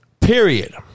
period